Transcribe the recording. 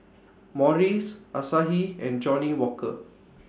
Morries Asahi and Johnnie Walker